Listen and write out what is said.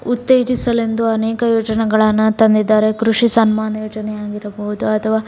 ಉತ್ತೇಜಿಸಲೆಂದು ಅನೇಕ ಯೋಜನಗಳನ್ನು ತಂದಿದ್ದಾರೆ ಕೃಷಿ ಸನ್ಮಾನ್ ಯೋಜನೆಯಾಗಿರಬಹುದು ಅಥವಾ